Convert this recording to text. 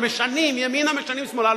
אתם משנים ימינה ומשנים שמאלה.